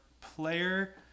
player